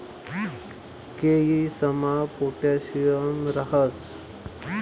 केयीसमा पोटॅशियम राहस